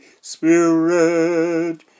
Spirit